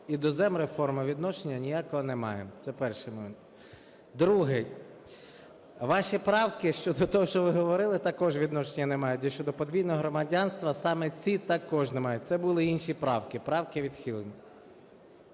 і до земреформи відношення ніякого не має. Це перший момент. Другий. Ваші правки щодо того, що ви говорили, також відношення не мають, і щодо подвійного громадянства саме ці також не мають. Це були інші правки. Правки відхилені.